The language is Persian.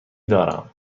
دارم